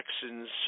Texans